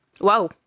Wow